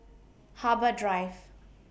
Harbour Drive